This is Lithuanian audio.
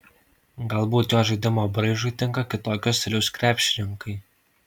galbūt jo žaidimo braižui tinka kitokio stiliaus krepšininkai